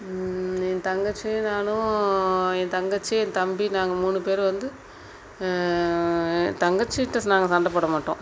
என் தங்கச்சி நானும் என் தங்கச்சி என் தம்பி நாங்கள் மூணு பேர் வந்து தங்கச்சிட்டே ஸ் நாங்கள் சண்டை போட மாட்டோம்